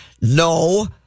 no